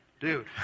dude